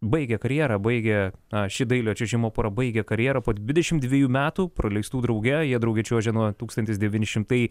baigė karjerą baigė a ši dailiojo čiuožimo pora baigia karjerą po dvidešimt dvejų metų praleistų drauge jie drauge čiuožia nuo tūkstantis devyni šimtai